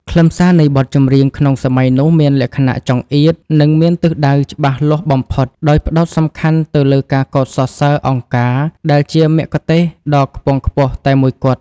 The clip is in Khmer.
ខ្លឹមសារនៃបទចម្រៀងក្នុងសម័យនោះ មានលក្ខណៈចង្អៀត និងមានទិសដៅច្បាស់លាស់បំផុត ដោយផ្តោតសំខាន់ទៅលើការកោតសរសើរ អង្គការ ដែលជាមគ្គុទ្ទេសក៍ដ៏ខ្ពង់ខ្ពស់តែមួយគត់។